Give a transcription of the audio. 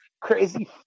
Crazy